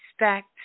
respect